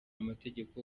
amategeko